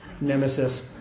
nemesis